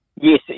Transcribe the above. Yes